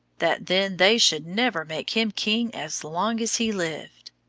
that then they should never make him king as long as he lived.